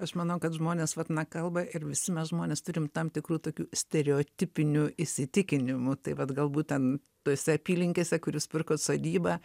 aš manau kad žmonės vat na kalba ir visi mes žmonės turim tam tikrų tokių stereotipinių įsitikinimų tai vat gal būt ten tose apylinkėse kur jūs pirkot sodybą